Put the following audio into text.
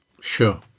sure